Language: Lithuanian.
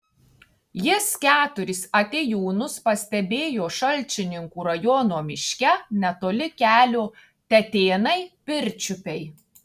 jis keturis atėjūnus pastebėjo šalčininkų rajono miške netoli kelio tetėnai pirčiupiai